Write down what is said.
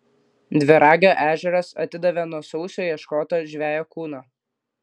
dviragio ežeras atidavė nuo sausio ieškoto žvejo kūną